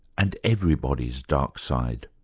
and everybody's dark side.